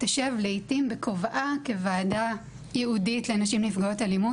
תשב לעיתים בכובעה כוועדה ייעודית לנשים נפגעות אלימות.